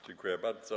Dziękuję bardzo.